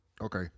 okay